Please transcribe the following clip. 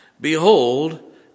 Behold